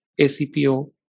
ACPO